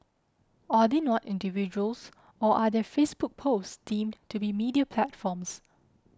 are they not individuals or are their Facebook posts deemed to be media platforms